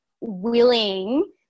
willing